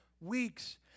weeks